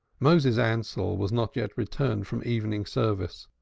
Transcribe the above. moses ansell was not yet returned from evening service,